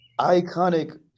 iconic